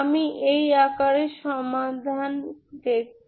আমি এই আকারে সমাধান দেখব